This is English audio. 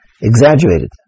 exaggerated